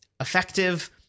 effective